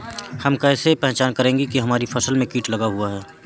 हम कैसे पहचान करेंगे की हमारी फसल में कीट लगा हुआ है?